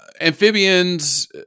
amphibians